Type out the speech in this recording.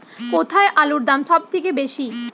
কোথায় আলুর দাম সবথেকে বেশি?